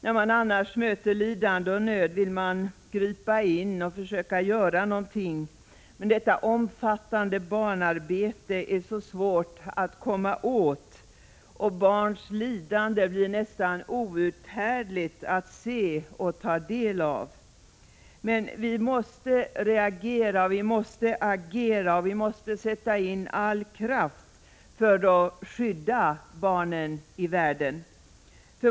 När man annars möter lidande och nöd vill man ingripa och försöka göra någonting, men detta omfattande barnarbete är så svårt att komma åt. Barns lidande blir nästan outhärdligt att se och ta del av. Men vi måste reagera och vi måste agera och sätta in all kraft för att skydda barnen i världen.